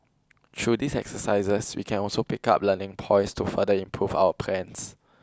through these exercises we can also pick up learning points to further improve our plans